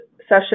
session